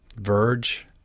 verge